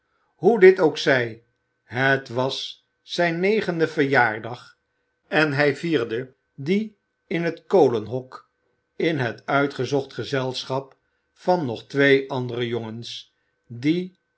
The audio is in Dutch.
hoe dit ook zij het was zijn negende verjaardag en hij vierde dien in het kolenhok in het uitgezocht gezelschap van nog twee andere jongens die